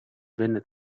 venne